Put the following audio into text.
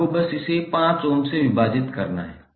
आपको बस इसे 5 ओम से विभाजित करना है